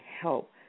help